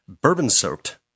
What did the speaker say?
bourbon-soaked